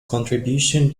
contribution